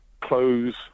clothes